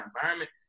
environment